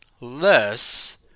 less